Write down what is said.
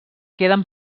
queden